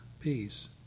peace